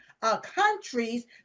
countries